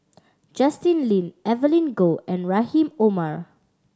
Justin Lean Evelyn Goh and Rahim Omar